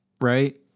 right